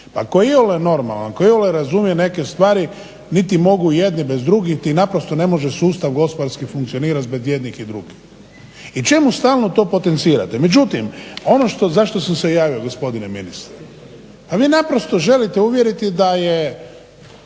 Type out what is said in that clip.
Pa ako je iole normalan, ako iole razumije neke stvari niti mogu jedni bez drugih niti naprosto ne može sustav gospodarski funkcionirati zbog jednih i drugih. I čemu stalno to potencirate? Međutim, ono za što sam se javio gospodine ministre pa vi naprosto želite uvjeriti da je